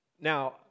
Now